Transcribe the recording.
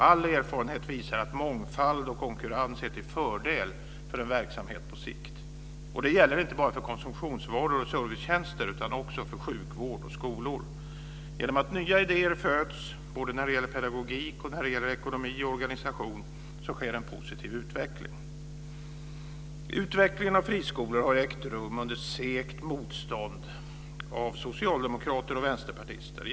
All erfarenhet visar att mångfald och konkurrens är till fördel för en verksamhet på sikt. Det gäller inte bara för konsumtionsvaror och servicetjänster utan också för sjukvård och skolor. Genom att nya idéer föds, både när det gäller pedagogik och när det gäller ekonomi och organisation, sker en positiv utveckling. Utvecklingen av friskolor har ägt rum under segt motstånd från socialdemokrater och vänsterpartister.